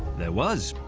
there was,